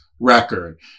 record